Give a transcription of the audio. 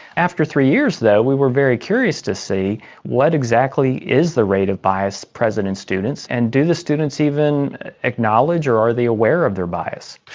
after three years though we were very curious to see what exactly is the rate of bias present in students and do the students even acknowledge or are they aware of their bias.